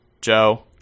Joe